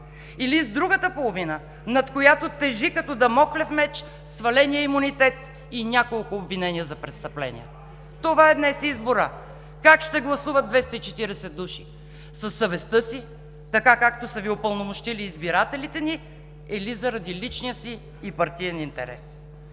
или с другата половина, над която тежи като дамоклев меч сваленият имунитет и няколко обвинения за престъпления? Това е днес изборът: как ще гласуват 240 души – със съвестта си – така, както са Ви упълномощили избирателите ни, или заради личния си и партиен интерес?